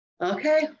Okay